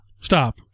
Stop